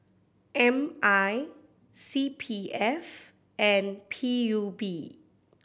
M I C P F and P U B